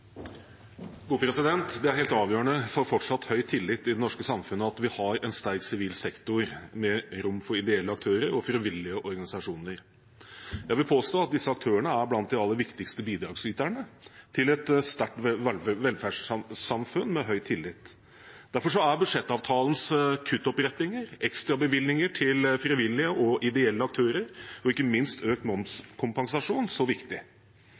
helt avgjørende for fortsatt høy tillit i det norske samfunnet at vi har en sterk sivil sektor med rom for ideelle aktører og frivillige organisasjoner. Jeg vil påstå at disse aktørene er blant de aller viktigste bidragsyterne til et sterkt velferdssamfunn med høy tillit. Derfor er budsjettavtalens kuttopprettinger, ekstrabevilgninger til frivillige og ideelle aktører og ikke minst økt momskompensasjon så viktig.